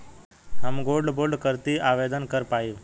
हम gold bond करती आवेदन कर पाईब?